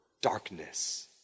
darkness